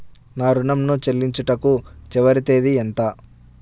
నా ఋణం ను చెల్లించుటకు చివరి తేదీ ఎంత?